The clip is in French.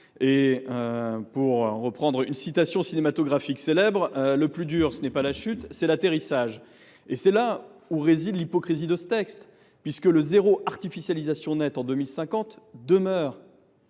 Pour reprendre une citation cinématographique célèbre :« Le plus dur, ce n’est pas la chute, c’est l’atterrissage. » Voilà où réside l’hypocrisie de ce texte : si l’objectif de zéro artificialisation nette en 2050 demeure,